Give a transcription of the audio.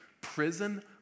Prison